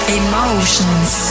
emotions